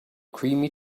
creamy